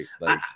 right